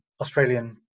Australian